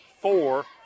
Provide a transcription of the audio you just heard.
four